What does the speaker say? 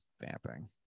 vamping